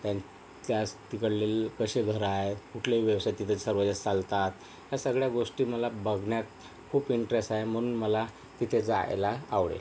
त्या त्यास तिकडले लो कसे घरं आहे कुठले व्यवसाय तिथे सर्व दिवस चालतात या सगळ्या गोष्टी मला बघण्यात खूप इंटरेस्ट आहे म्हणून मला तिथे जायला आवडेल